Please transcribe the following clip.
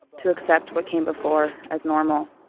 to accept what came before as normal.